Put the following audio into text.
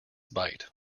bite